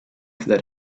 that